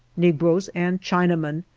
negroes and chinamen,